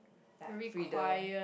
like freedom